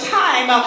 time